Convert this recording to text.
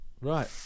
Right